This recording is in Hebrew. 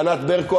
ענת ברקו,